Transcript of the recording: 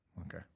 Okay